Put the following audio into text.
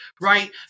right